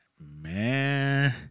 man